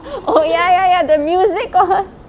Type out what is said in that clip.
oh ya ya ya the music all